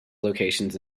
locations